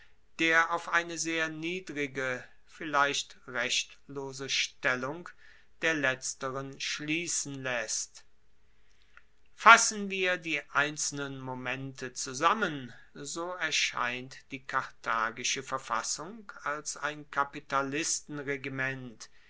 der auf eine sehr niedrige vielleicht rechtlose stellung der letzteren schliessen laesst fassen wir die einzelnen momente zusammen so erscheint die karthagische verfassung als ein